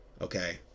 okay